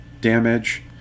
damage